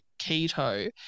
keto